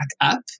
up